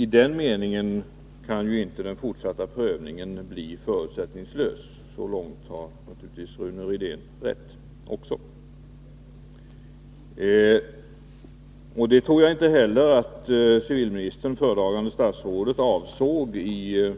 I den meningen kan ju den fortsatta prövningen inte bli förutsättningslös. Så långt har naturligtvis Rune Rydén räft. Jag tror inte heller att civilministern, det föredragande statsrådet, avsåg något sådant i